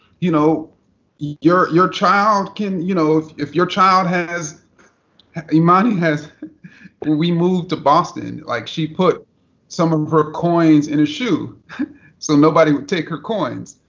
you know your your child can, you know, if if your child has imani has and we moved to boston, like she put some of her coins in a shoe so nobody would take her coins.